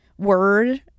word